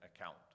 account